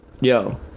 Yo